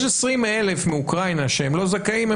יש 20,000 מאוקראינה שהם לא זכאים,